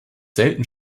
selten